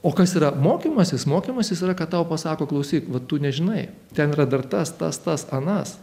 o kas yra mokymasis mokymasis yra ką tau pasako klausyk va tu nežinai ten yra dar tas tas anas